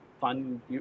fun